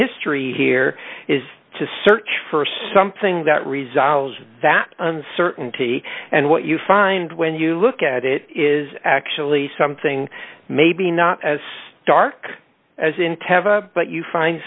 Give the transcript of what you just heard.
history here is to search for something that resolves that uncertainty and what you find when you look at it is actually something maybe not as dark as in tevar but you find